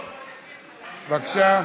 בבקשה.